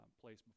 place